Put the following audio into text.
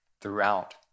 throughout